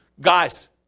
guys